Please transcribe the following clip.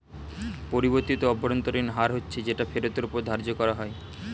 পরিবর্তিত অভ্যন্তরীণ হার হচ্ছে যেটা ফেরতের ওপর ধার্য করা হয়